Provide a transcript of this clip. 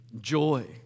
Joy